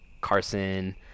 Carson